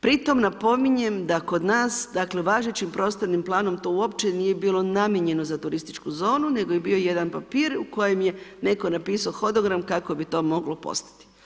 Pri tome napominjem, da kod vas, dakle, važećim prostornim planom, to uopće nije bilo namijenjeno za turističku zonu, nego je bio jedan papir, u kojem je netko napisao hodogram kako bi to moglo postati.